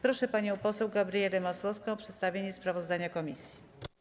Proszę panią poseł Gabrielę Masłowską o przedstawienie sprawozdania komisji.